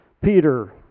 Peter